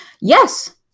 Yes